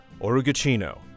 Orugachino